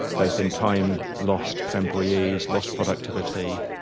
both in time lost for employees, lost productivity,